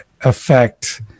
affect